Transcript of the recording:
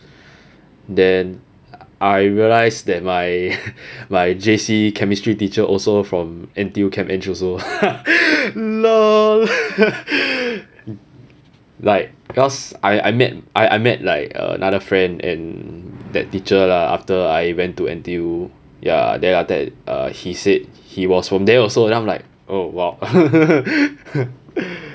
then I realized that my my J_C chemistry teacher also from N_T_U can also lol like because I I met I met like uh another friend and that teacher lah after I went to N_T_U ya then after that uh he said he was from there also then I'm like oh !wow!